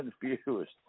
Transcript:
confused